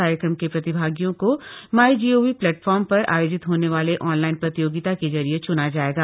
कार्यक्रम के प्रतिभागियों को माय जीओवी प्लेटफार्म पर आयोजित होने वाले ऑनलाइन प्रतियोगिता के जरिये चुना जायेगा